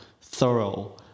thorough